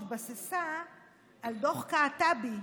התבססה על דוח קעטבי,